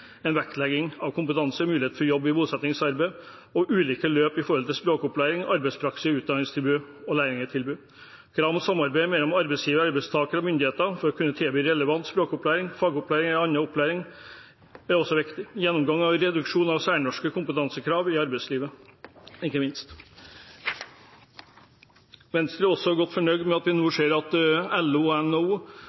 vektlegging av kompetanse og muligheter for jobb i bosettingsarbeidet ulike løp for språkopplæring, arbeidspraksis, utdanningstilbud og lærlingtilbud krav om samarbeid mellom arbeidsgiver, arbeidstaker og myndigheter for å kunne tilby relevant språkopplæring, fagopplæring eller annen opplæring gjennomgang av reduksjon av særnorske kompetansekrav i arbeidslivet Venstre er også godt fornøyd med at vi nå ser at LO og NHO